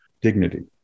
dignity